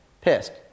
Pissed